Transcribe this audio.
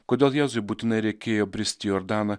kodėl jėzui būtinai reikėjo bristi į jordaną